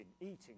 eating